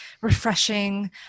refreshing